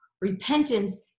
Repentance